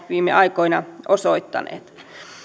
viime aikoina osoittaneet